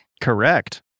Correct